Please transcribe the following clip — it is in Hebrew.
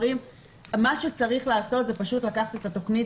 מה שצריך לעשות זה פשוט לקחת את התכנית